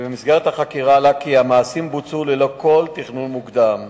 ובמסגרת החקירה עלה כי המעשים בוצעו ללא כל תכנון מוקדם.